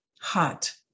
hot